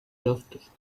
justice